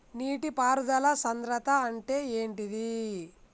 నీటి పారుదల సంద్రతా అంటే ఏంటిది?